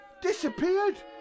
Disappeared